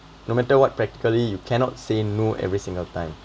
no matter what practically you cannot say no every single time